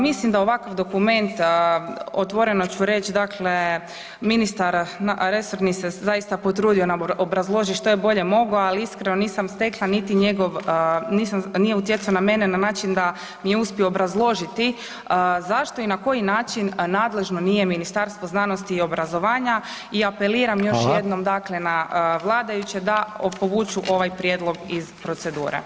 Mislim da ovakav dokument, otvoreno ću reći, dakle ministar resorni se zaista potrudio nam obrazložit što je bolje mogao, ali iskreno nisam stekla niti njegov, nije utjecao na mene na način da mi je uspio obrazložiti zašto i na koji način nadležno nije Ministarstvo znanosti i obrazovanja i apeliram [[Upadica Reiner: Hvala.]] još jednom dakle na vladajuće da povuku ovaj prijedlog iz procedure.